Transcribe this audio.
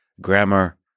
grammar